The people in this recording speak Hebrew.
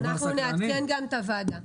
אנחנו נעדכן גם את הוועדה.